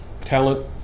talent